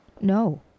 No